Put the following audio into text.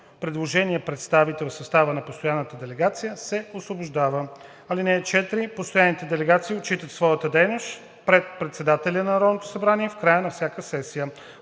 предложение представител в състава на постоянната делегация се освобождава. (4) Постоянните делегации отчитат своята дейност пред председателя на Народното събрание в края на всяка сесия.